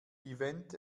event